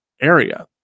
area